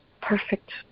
perfect